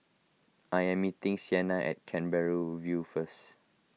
I am meeting Sienna at Canberra View first